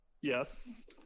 Yes